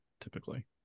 typically